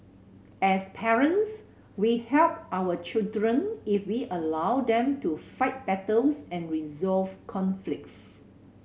as parents we help our children if we allow them to fight battles and resolve conflicts